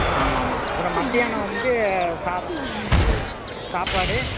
ஆமாம் ஆமாம் அப்புறம் மத்தியானம் வந்து சாதம் சாப்பாடு